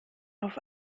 auf